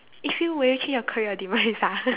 if you will you change your career or demise ah